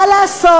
מה לעשות,